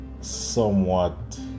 somewhat